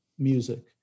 music